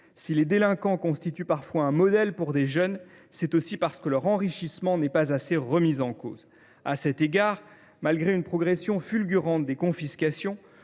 Si les délinquants représentent parfois un modèle pour des jeunes, c’est aussi parce que leur enrichissement n’est pas assez remis en cause. À cet égard, malgré une progression fulgurante des confiscations,